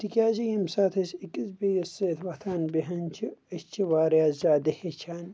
تِکیازِ ییٚمہِ ساتہٕ أسۍ أکِس بیٚیس سۭتۍ وۄتھان بیہوان چھِ أسۍ چھِ واریاہ زیادٕ ہٮ۪چھان